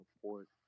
support